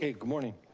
ah good morning.